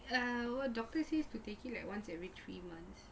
err doctor say to take it once every three months